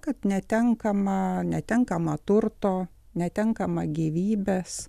kad netenkama netenkama turto netenkama gyvybės